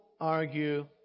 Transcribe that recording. argue